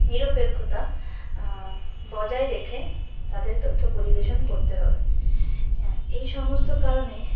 নিরপেক্ষতা বজায় রেখে তাদের তথ্য পরিবেশন করতে হবে এই সমস্ত কারণে